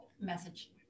Message